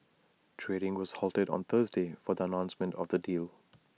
trading was halted on Thursday for the announcement of the deal